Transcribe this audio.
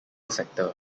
sector